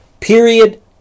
Period